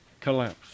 collapse